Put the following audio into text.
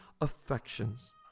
affections